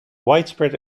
widespread